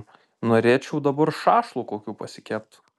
norėčiau dabar šašlų kokių pasikept